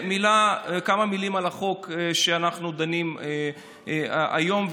כמה מילים על החוק שאנחנו דנים בו היום,